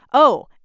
oh,